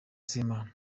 semana